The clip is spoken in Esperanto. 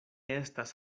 estas